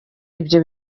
ibyo